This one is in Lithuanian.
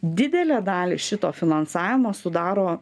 didelę dalį šito finansavimo sudaro